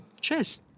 Cheers